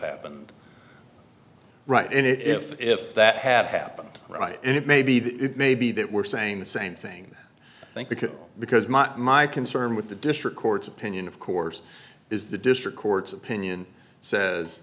happened right and if if that had happened right and it may be that it may be that we're saying the same thing i think because because my my concern with the district court's opinion of course is the district court's opinion says